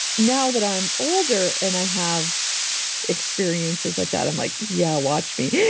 now that i'm older and i have experiences like that, i'm like, yeah. watch me.